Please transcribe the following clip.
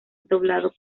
doblado